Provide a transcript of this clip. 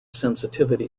sensitivity